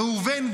ראובן,